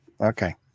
okay